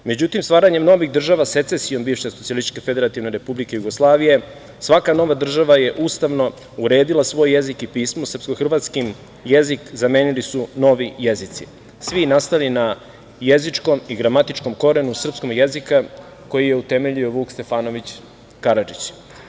Međutim, stvaranjem novih država secesijom bivše SFRJ svaka nova država je ustavno uredila svoj jezik i pismo, srpsko-hrvatski jezik zamenili su novi jezici, svi nastali na jezičkom i gramatičkom korenu srpskog jezika koji je utemeljio Vuk Stefanović Karadžić.